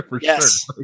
Yes